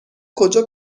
کجا